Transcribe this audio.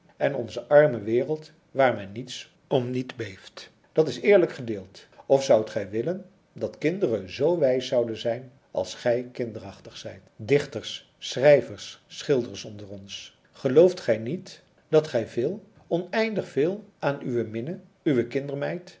en onze arme wereld waar men niets omniet beeft dat is eerlijk gedeeld of zoudt gij willen dat kinderen zoo wijs zouden zijn als gij kinderachtig zijt dichters schrijvers schilders onder ons gelooft gij niet dat gij veel oneindig veel aan uwe minne uwe kindermeid